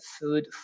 food